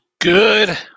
Good